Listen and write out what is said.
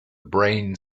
brain